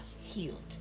healed